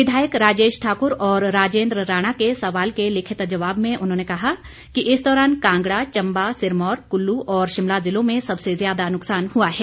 विधायक राजेश ठाकुर और राजेंद्र राणा के सवाल के लिखित जवाब में उन्होंने कहा कि इस दौरान कांगड़ा चंबा सिरमौर कुल्लू और शिमला जिलों में सबसे ज्यादा नुकसान हुआ है